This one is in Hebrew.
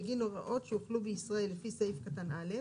בגין הוראות שהוחלו בישראל לפי סעיף קטן (א),